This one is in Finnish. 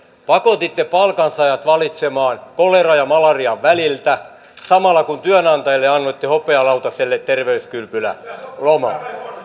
pakotitte palkansaajat valitsemaan koleran ja malarian väliltä samalla kun työnantajille annoitte hopealautasella terveyskylpyläloman